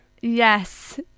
Yes